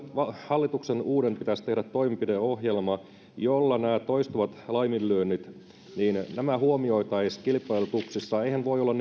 hallituksen kyllä pitäisi tehdä toimenpideohjelma jolla nämä toistuvat laiminlyönnit huomioitaisiin kilpailutuksissa eihän voi olla